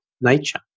nature